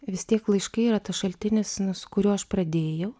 vis tie laiškai yra tas šaltinis nu su kuriuo aš pradėjau